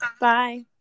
Bye